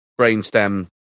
brainstem